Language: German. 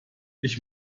ich